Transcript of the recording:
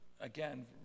Again